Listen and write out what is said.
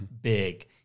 big